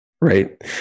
right